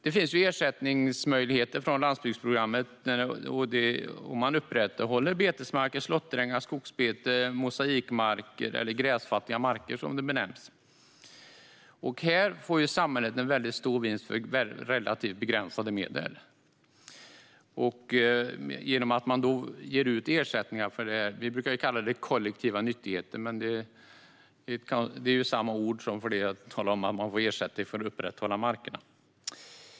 Det finns ersättningsmöjligheter genom landsbygdsprogrammet om man bevarar betesmarker, slåtterängar, skogsbeten, mosaikmarker eller gräsfattiga marker, som det benämns. Här får samhället en väldigt stor vinst för relativt begränsade medel genom ersättningar för det vi brukar kalla kollektiva nyttigheter. Det är samma sak som det som jag talar om: ersättning för att bevara markerna.